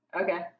Okay